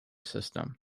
system